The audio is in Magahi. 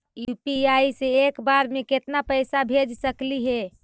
यु.पी.आई से एक बार मे केतना पैसा भेज सकली हे?